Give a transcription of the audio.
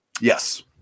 Yes